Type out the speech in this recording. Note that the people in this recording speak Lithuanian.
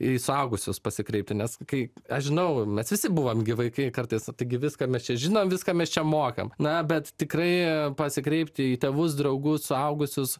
į suaugusius pasikreipti nes kai aš žinau mes visi buvom vaikai kartais taigi viską mes čia žinom viską mes čia mokam na bet tikrai pasikreipti į tėvus draugus suaugusius